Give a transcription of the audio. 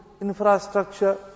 infrastructure